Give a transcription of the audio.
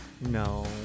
No